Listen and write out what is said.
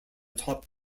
top